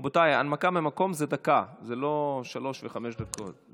רבותיי, הנמקה מהמקום זה דקה, לא שלוש וחמש דקות.